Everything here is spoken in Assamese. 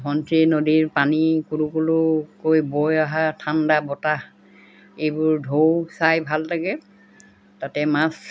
ধনশিৰি নদীৰ পানী কুলু কুলুকৈ বৈ অহা ঠাণ্ডা বতাহ এইবোৰ ঢৌ চাই ভাল লাগে তাতে মাছ